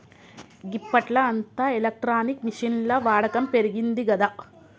గిప్పట్ల అంతా ఎలక్ట్రానిక్ మిషిన్ల వాడకం పెరిగిందిగదా